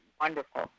wonderful